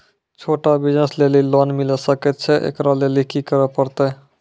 छोटा बिज़नस लेली लोन मिले सकय छै? एकरा लेली की करै परतै